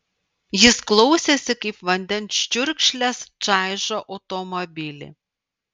jis klausėsi kaip vandens čiurkšlės čaižo automobilį